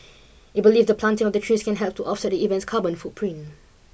it believes the planting of the trees can help to offset the event's carbon footprint